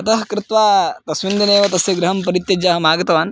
अतः कृत्वा तस्मिन् दिने एव तस्य गृहं परित्यज्य अहमागतवान्